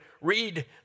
read